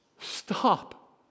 stop